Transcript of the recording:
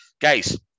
guys